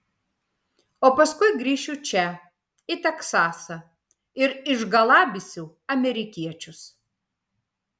o paskui grįšiu čia į teksasą ir išgalabysiu amerikiečius